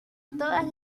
todas